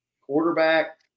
quarterback